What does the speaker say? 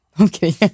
Okay